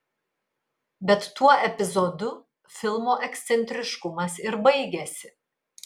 bet tuo epizodu filmo ekscentriškumas ir baigiasi